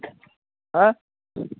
ऐं